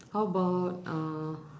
how about uh